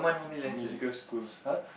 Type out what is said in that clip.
musical schools [huh]